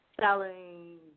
selling